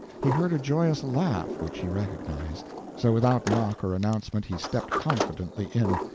he heard a joyous laugh which he recognized so without knock or announcement he stepped confidently in.